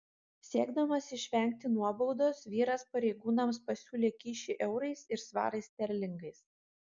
siekdamas išvengti nuobaudos vyras pareigūnams pasiūlė kyšį eurais ir svarais sterlingais